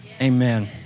Amen